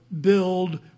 build